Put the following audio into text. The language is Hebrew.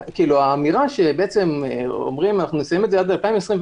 האמירה שאומרים: נסיים את זה עד 2024,